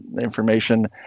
information